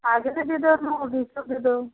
आगे में भी देख लो बीच में भी दो